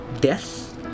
death